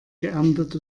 geerntet